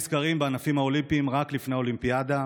נזכרים בענפים האולימפיים רק לפני האולימפיאדה,